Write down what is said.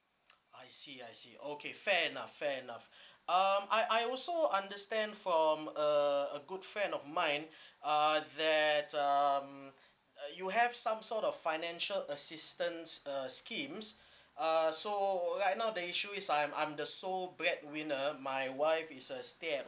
I see I see okay fair enough fair enough um I I also understand from uh a good friend of mine uh that um uh you have some sort of financial assistance uh schemes uh so right now the issue is I'm I'm the sole breadwinner my wife is uh stay at